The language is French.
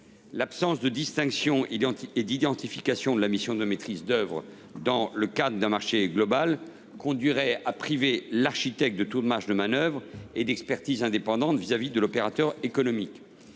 l’absence de distinction et d’identification de la mission de maîtrise d’œuvre dans le cadre d’un marché global conduirait à priver l’architecte de toute marge de manœuvre et d’expertise indépendante vis à vis de l’opérateur économique.